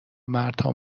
مردها